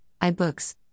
iBooks